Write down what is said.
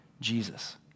Jesus